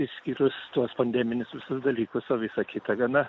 išskyrus tuos pandeminis visus dalykus o visa kita gana